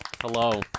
Hello